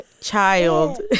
child